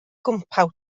gwmpawd